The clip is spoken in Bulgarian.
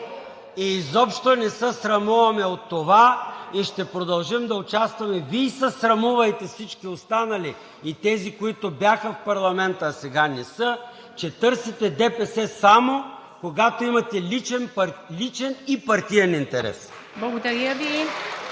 Изобщо не се срамуваме от това и ще продължим да участваме. Вие се срамувайте всички останали и тези, които бяха в парламента, а сега не са, че търсите ДПС само, когато имате личен и партиен интерес. (Ръкопляскания